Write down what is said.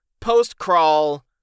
post-crawl